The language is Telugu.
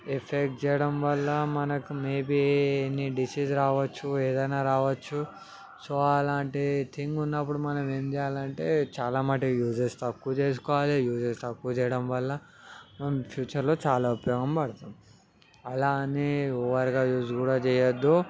ఎఫెక్ట్ చేయడం వల్ల మనకి మే బీ ఎనీ డిసీజ్ రావచ్చు ఏదైనా రావచ్చు సో అలాంటి థింగ్ ఉన్నప్పుడు మనం ఏం చేయ్యాలంటే చాలామట్టుకి యూసేజ్ తక్కువ చేసుకోవాలి యూసేజ్ తక్కువ చేయడం వల్ల ఫ్యూచర్లో చాలా ఉపయోగం పడుతుంది అలా అని ఓవర్గా యూస్ కూడా చేయొద్దు